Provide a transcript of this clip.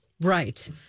Right